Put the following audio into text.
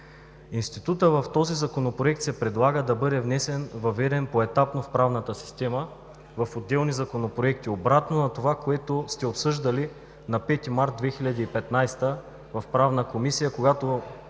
Институтът в този Законопроект се предлага да бъде внесен, въведен поетапно в правната система в отделни законопроекти – обратно на това, което сте обсъждали на 5 март 2015 г. в Правната комисия, когато